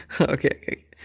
okay